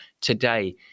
today